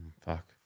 Fuck